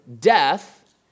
death